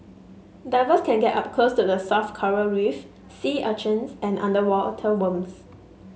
divers can get up close to the soft coral reef sea urchins and underwater worms